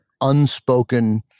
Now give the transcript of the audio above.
unspoken